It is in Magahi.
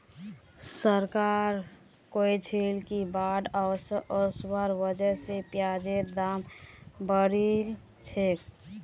सरकार कहलछेक कि बाढ़ ओसवार वजह स प्याजेर दाम बढ़िलछेक